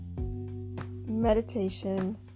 meditation